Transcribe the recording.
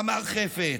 אמר חפץ,